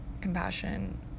compassion